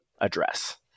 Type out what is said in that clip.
address